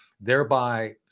thereby